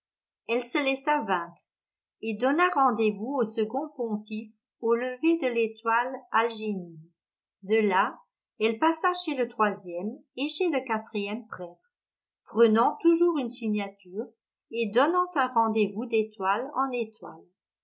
elle se laissa vaincre et donna rendez-vous au second pontife au lever de l'étoile algénib de là elle passa chez le troisième et chez le quatrième prêtre prenant toujours une signature et donnant un rendez-vous d'étoile en étoile